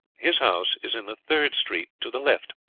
his house is in the third street to the left.